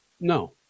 No